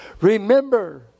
remember